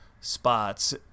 spots